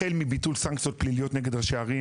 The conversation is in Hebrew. החל מביטול סנקציות פליליות נגד ראשי ערים,